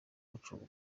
gucunga